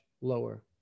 lower